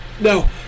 No